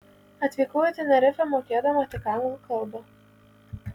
atvykau į tenerifę mokėdama tik anglų kalbą